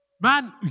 Man